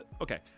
okay